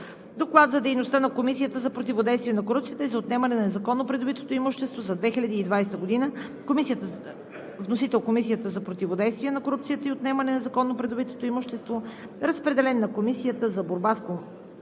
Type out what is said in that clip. Доклад за дейността на Комисията за противодействие на корупцията и за отнемане на незаконно придобитото имущество за 2020 г. Вносител – Комисията за противодействие на корупцията и отнемане на незаконно придобитото имущество. Разпределен е на Комисията за борба с корупцията,